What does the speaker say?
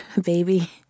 baby